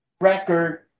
record